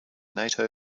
nato